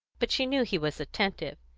but she knew he was attentive.